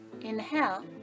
inhale